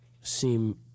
seem